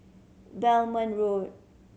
Belmont Road